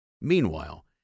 Meanwhile